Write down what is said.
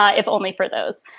ah if only for those